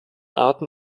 arten